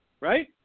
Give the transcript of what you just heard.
right